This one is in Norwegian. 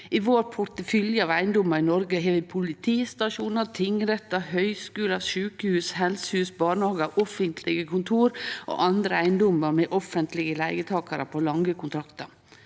«I vår portefølje av eiendommer i Norge har vi politistasjoner, tingretter, høyskoler, sykehus, helsehus, barnehager, offentlige kontorer og andre eiendommer med offentlige leietakere på lange kontrakter.»